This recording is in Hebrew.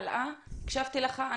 הקשבתי לך.